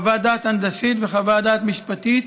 חוות דעת הנדסית וחוות דעת משפטית